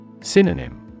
Synonym